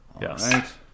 Yes